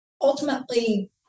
ultimately